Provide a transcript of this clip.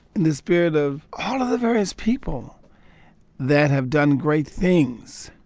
in the spirit of all of the various people that have done great things.